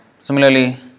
similarly